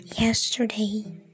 Yesterday